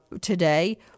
today